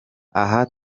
aha